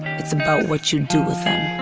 it's about what you do with them.